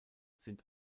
sind